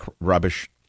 rubbish